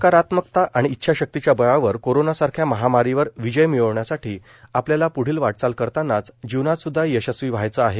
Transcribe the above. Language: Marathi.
सकारात्मकता आणि इच्छाशक्तीच्या बळावर कोरोनासारख्या महामारीवर विजय मिळविण्यासाठी आपल्याला पुढील वाटचाल करतानाच जीवनातसुद्धा यशस्वी व्हायचे आहे